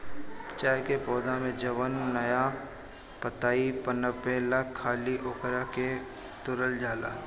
चाय के पौधा पे जवन नया पतइ पनपेला खाली ओकरे के तुरल जाला